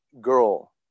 girl